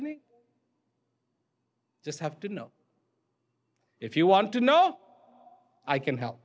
any just have to know if you want to know i can help